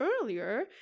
earlier